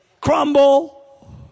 crumble